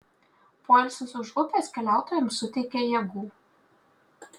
poilsis už upės keliautojams suteikė jėgų